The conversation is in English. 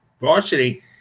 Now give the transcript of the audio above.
varsity